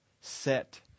set